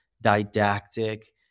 didactic